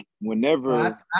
whenever